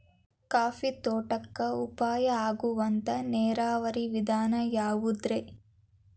Coffee ತೋಟಕ್ಕ ಉಪಾಯ ಆಗುವಂತ ನೇರಾವರಿ ವಿಧಾನ ಯಾವುದ್ರೇ?